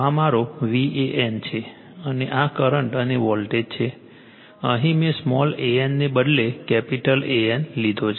તો આ મારો VAN છે અને આ કરંટ અને વોલ્ટેજ છે અહીં મેં સ્મોલ an ને બદલે કેપિટલ AN લીધો છે